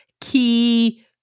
key